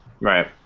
Right